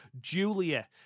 Julia